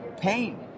pain